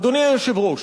אדוני היושב-ראש,